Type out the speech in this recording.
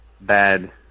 bad